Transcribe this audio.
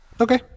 Okay